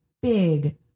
big